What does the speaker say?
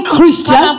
Christian